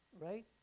right